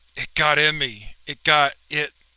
it got in me. it got it